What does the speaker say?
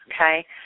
okay